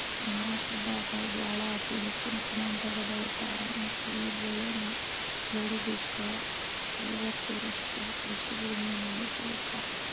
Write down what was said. ಮಹಾರಾಷ್ಟ್ರದಾಗ ಜ್ವಾಳಾ ಅತಿ ಹೆಚ್ಚಿನ ಪ್ರಮಾಣದಾಗ ಬೆಳಿತಾರ ಮತ್ತಈ ಬೆಳೆನ ಬೆಳಿಲಿಕ ಐವತ್ತುರಷ್ಟು ಕೃಷಿಭೂಮಿನ ಮೇಸಲಿಟ್ಟರಾ